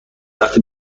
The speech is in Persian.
وقتی